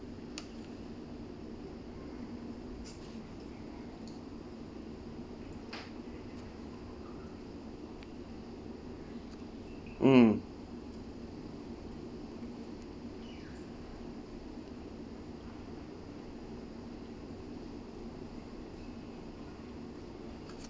mm